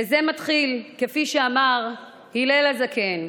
זה מתחיל, כפי שאמר הלל הזקן,